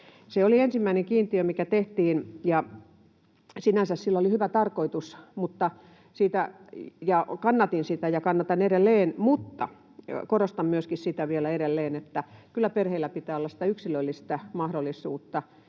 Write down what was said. Se oli ensimmäinen kiintiö, mikä tehtiin, ja sinänsä sillä oli hyvä tarkoitus — ja kannatin sitä, ja kannatan edelleen — mutta korostan myöskin sitä vielä edelleen, että kyllä perheillä pitää olla sitä yksilöllistä mahdollisuutta